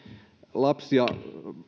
lapsia